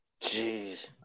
jeez